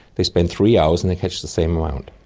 they spend three hours and they catch the same amount.